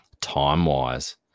time-wise